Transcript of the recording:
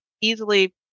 easily